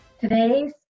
today's